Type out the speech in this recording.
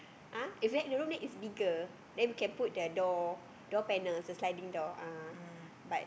!huh! if hack the room then is bigger then we can put the door door panel the sliding door ah but